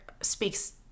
speaks